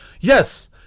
yes